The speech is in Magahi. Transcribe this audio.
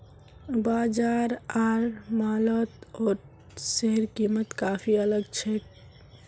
बाजार आर मॉलत ओट्सेर कीमत काफी अलग छेक